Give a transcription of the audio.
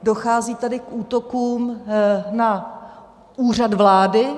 Dochází tady k útokům na Úřad vlády.